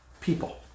people